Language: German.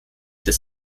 des